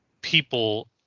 people